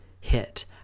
hit